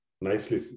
Nicely